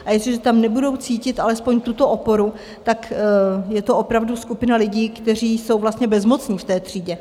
A jestliže tam nebudou cítit alespoň tuto oporu, je to opravdu skupina lidí, kteří jsou vlastně bezmocní v té třídě.